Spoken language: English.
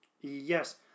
Yes